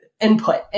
input